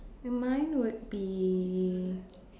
and mine would be